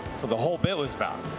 the whole bit was about.